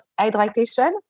hydration